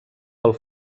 pel